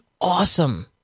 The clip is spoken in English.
awesome